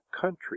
country